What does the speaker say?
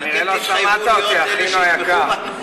כנראה לא שמעת אותי, אחינו היקר.